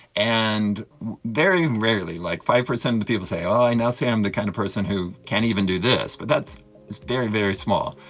and very rarely, like five percent of the people say oh i now see i'm the kind of person who can't even do this, but that's very, very small.